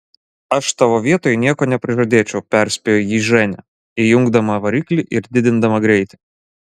aš tavo vietoj nieko neprižadėčiau perspėjo jį ženia įjungdama variklį ir didindama greitį